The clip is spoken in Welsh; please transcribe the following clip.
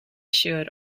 siŵr